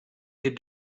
you